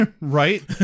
Right